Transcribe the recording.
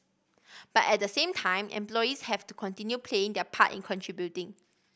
but at the same time employees have to continue playing their part in contributing